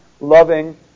loving